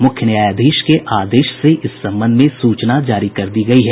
मुख्य न्यायाधीश के आदेश से इस संबंध में सूचना जारी कर दी गयी है